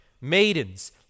maidens